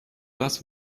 das